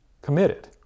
committed